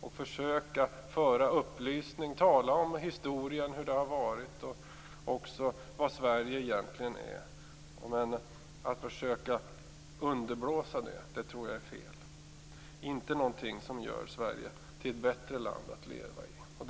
Vi skall försöka upplysa om historien och tala om det som har varit och om vad Sverige egentligen är. Men jag tror att det är fel att försöka underblåsa det. Det är inte någonting som gör Sverige till ett bättre land att leva i.